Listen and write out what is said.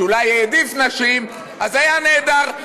שאולי העדיף נשים, אז היה נהדר.